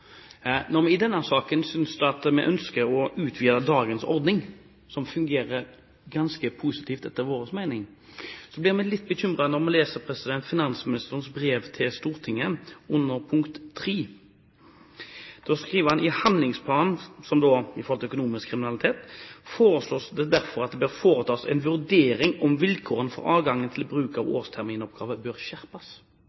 Når vi i denne saken ønsker å utvide dagens ordning, som fungerer ganske positivt, etter vår mening, blir vi litt bekymret når vi leser finansministerens brev til finanskomiteen under punkt 3. Der skriver han: «I handlingsplanen foreslås det derfor at det bør foretas en vurdering av om vilkårene for adgangen til bruk av årsterminoppgave bør skjerpes.» Det er egentlig stikk i strid med det finansministeren sier at han kunne tenke seg å